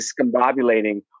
discombobulating